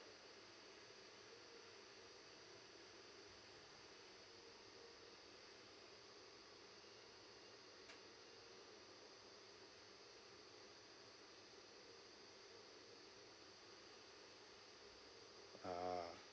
a'ah